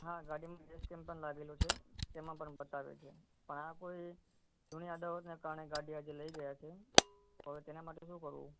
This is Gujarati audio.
હા ગાડીમાં ગ્રે સ્ક્રીન પણ લાગેલો છે તેમાં પણ બતાવે છે પણ આ કોઈ જૂની અદાવતને કારણે ગાડી આજે લઇ ગયા છે હવે તેના માટે શું કરવું